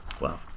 Wow